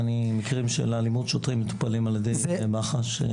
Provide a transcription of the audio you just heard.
מקרים של אלימות שוטרים מטופלים על ידי חוקרי מח"ש.